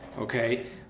okay